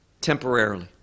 temporarily